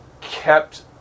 kept